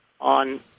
on